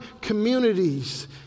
communities